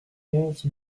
onze